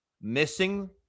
missing